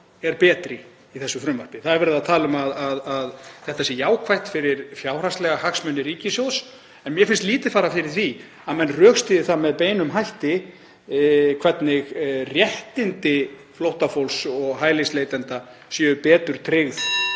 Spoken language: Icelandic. er betri í þessu frumvarpi. Það er verið að tala um að þetta sé jákvætt fyrir fjárhagslega hagsmuni ríkissjóðs en mér finnst lítið fara fyrir því að menn rökstyðji það með beinum hætti hvernig réttindi flóttafólks og hælisleitenda séu betur tryggð